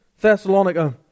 Thessalonica